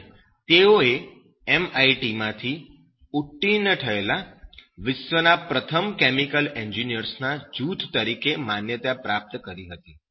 અને તેઓએ MIT માંથી ઉત્તીર્ણ થયેલા વિશ્વના પ્રથમ કેમિકલ એન્જિનિયર્સ ના જૂથ તરીકે માન્યતા પ્રાપ્ત કરી હતી